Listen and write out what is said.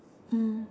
mm